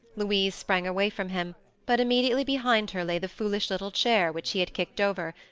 louise sprang away from him but immediately behind her lay the foolish little chair which he had kicked over,